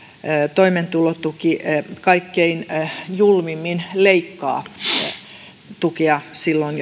toimeentulotuki kaikkein julmimmin leikkaa tukea silloin